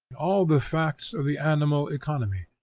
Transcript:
all the facts of the animal economy,